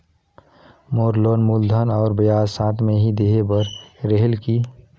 मोर loan मूलधन और ब्याज साथ मे ही देहे बार रेहेल की?